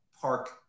park